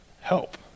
help